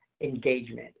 Engagement